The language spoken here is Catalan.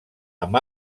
amb